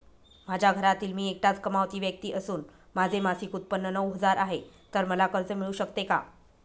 माझ्या घरातील मी एकटाच कमावती व्यक्ती असून माझे मासिक उत्त्पन्न नऊ हजार आहे, तर मला कर्ज मिळू शकते का?